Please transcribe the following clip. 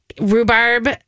rhubarb